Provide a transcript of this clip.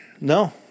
no